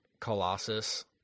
Colossus